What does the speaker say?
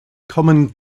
common